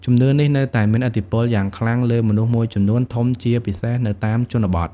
ជំនឿនេះនៅតែមានឥទ្ធិពលយ៉ាងខ្លាំងលើមនុស្សមួយចំនួនធំជាពិសេសនៅតាមជនបទ។